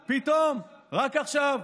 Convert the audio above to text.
פתאום, רק עכשיו.